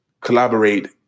collaborate